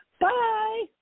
Bye